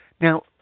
now